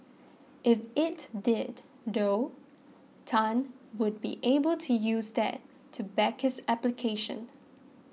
if it did though Tan would be able to use that to back his application